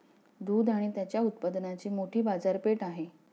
दूध आणि त्याच्या उत्पादनांची मोठी बाजारपेठ आहे